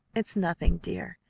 it's nothing, dear.